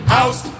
House